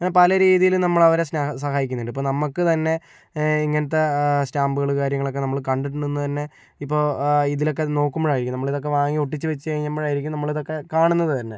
അങ്ങനെ പലരീതിയിലും നമ്മളവരെ സഹായിക്കുന്നുണ്ട് ഇപ്പോൾ നമ്മൾക്ക് തന്നെ ഇങ്ങനത്തെ സ്റ്റാമ്പുകള് കാര്യങ്ങളൊക്കെ നമ്മള് കണ്ടിട്ടുണ്ട് എന്നുതന്നെ ഇപ്പോൾ ആ ഇതിലൊക്കെ നോക്കുമ്പോഴായിരിക്കും നമ്മളിതൊക്കെ വാങ്ങി ഒട്ടിച്ചു വച്ച് കഴിയുമ്പോഴായിരിക്കും നമ്മളിതൊക്കെ കാണുന്നതു തന്നെ